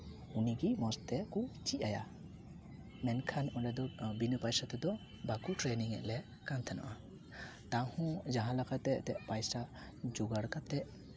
ᱩᱱᱤᱜᱮ ᱢᱚᱡᱽ ᱛᱮᱠᱚ ᱪᱮᱫ ᱟᱭᱟ ᱢᱮᱱᱠᱷᱟᱱ ᱚᱸᱰᱮ ᱫᱚ ᱵᱤᱱᱟᱹ ᱯᱚᱭᱥᱟ ᱛᱮᱫᱚ ᱵᱟᱠᱚ ᱴᱨᱮᱱᱤᱝ ᱮᱫ ᱞᱮ ᱠᱟᱱ ᱛᱟᱦᱮᱱᱚᱜᱼᱟ ᱛᱟᱣᱦᱚᱸ ᱡᱟᱦᱟᱸ ᱞᱮᱠᱟᱛᱮ ᱮᱱᱛᱮᱫ ᱯᱚᱭᱥᱟ ᱡᱳᱜᱟᱲ ᱠᱟᱛᱮᱫ